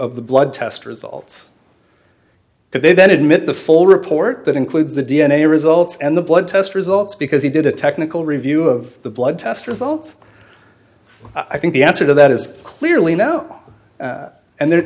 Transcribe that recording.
of the blood test results that they then admit the full report that includes the d n a results and the blood test results because he did a technical review of the blood test results i think the answer to that is clearly no and there